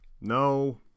No